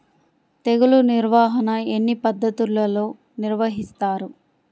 తెగులు నిర్వాహణ ఎన్ని పద్ధతులలో నిర్వహిస్తారు?